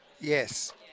Yes